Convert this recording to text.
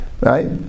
Right